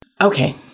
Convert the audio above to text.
Okay